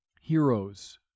heroes